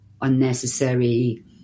unnecessary